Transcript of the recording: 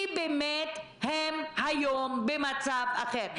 באמת הם היום במצב אחר.